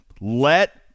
Let